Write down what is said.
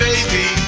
Baby